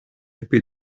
coupé